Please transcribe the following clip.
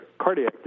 cardiac